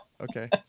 Okay